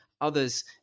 others